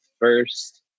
first